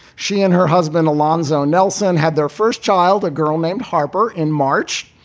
she and her husband, alonzo nelson, had their first child, a girl named harper, in march,